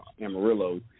Amarillo